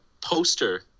poster